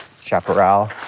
chaparral